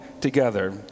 together